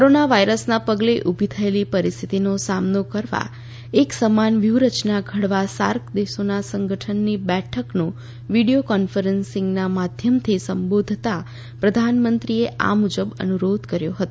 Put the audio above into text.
corona વાયરસના પગલે ઊભી થયેલી પરિસ્થિતિનો સામનો કરવા એક સમાન વ્યુહરચના ઘડવા સાર્ક દેશોના સંગઠનની બેઠકનો વિડીયો કોન્ફરન્સિંગ માધ્યમથી સંબોધતા પ્રધાનમંત્રીએ આ મુજબ અનુરોધ કર્યો હતો